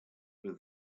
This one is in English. for